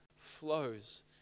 flows